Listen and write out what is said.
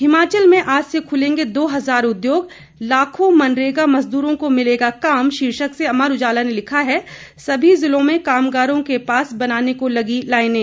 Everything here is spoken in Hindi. हिमाचल में आज से खुलेंगे दो हजार उद्योग लाखों मनरेगा मजदूरों को मिलेगा काम शीर्षक से अमर उजाला ने लिखा है सभी जिलों में कामगारों के पास बनाने को लगीं लाईनें